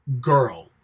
girl